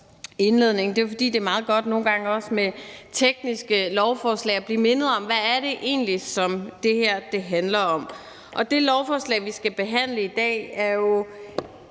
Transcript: indledning er jo også, at det nogle gange med tekniske lovforslag er meget godt at blive mindet om, hvad det egentlig er, det handler om, og det lovforslag, vi skal behandle i dag, er jo